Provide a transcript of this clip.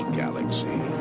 galaxy